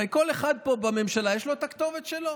הרי כל אחד פה בממשלה, יש לו את הכתובת שלו,